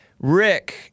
Rick